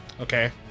Okay